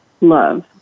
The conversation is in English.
love